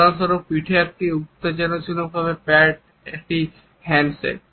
উদাহরণস্বরূপ পিঠে একটি উত্সাহজনক প্যাট একটি হ্যান্ডশেক